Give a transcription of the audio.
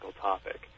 topic